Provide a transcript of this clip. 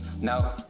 Now